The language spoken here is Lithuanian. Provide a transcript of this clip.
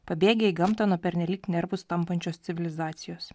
pabėgę į gamtą nuo pernelyg nervus tampančios civilizacijos